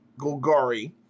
Golgari